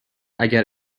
اگر